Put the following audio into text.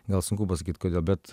gal sunku pasakyt kodėl bet